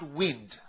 wind